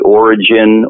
origin